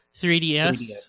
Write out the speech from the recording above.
3DS